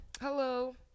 Hello